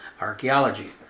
archaeology